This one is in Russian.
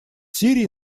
сирии